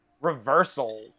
reversal